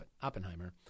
Oppenheimer